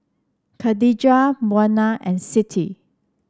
Khadija Munah and Siti